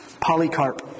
Polycarp